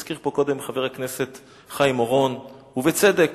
הזכיר פה חבר הכנסת חיים אורון, ובצדק,